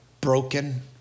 broken